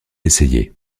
essayé